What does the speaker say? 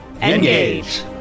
ENGAGE